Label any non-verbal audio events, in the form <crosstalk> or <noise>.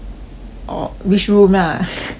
orh which room ah <noise>